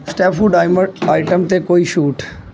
ਸਟੈਫੂ diamond item 'ਤੇ ਕੋਈ ਛੂਟ